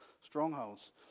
strongholds